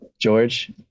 George